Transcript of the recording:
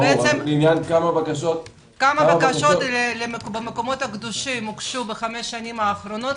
כמה בקשות במקומות הקדושים הוגשו בחמש השנים האחרונות,